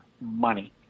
money